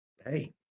Hey